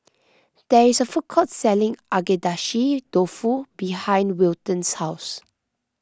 there is a food courts selling Agedashi Dofu behind Wilton's house